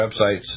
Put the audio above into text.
websites